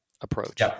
approach